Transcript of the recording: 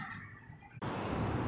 uh you know got this like